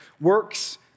works